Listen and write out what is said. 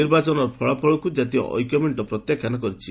ନିର୍ବାଚନର ଫଳାଫଳକୁ କ୍ରାତୀୟ ଐକ୍ୟ ମେଣ୍ଟ ପ୍ରତ୍ୟାଖ୍ୟାନ କରିଛି